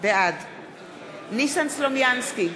בעד ניסן סלומינסקי,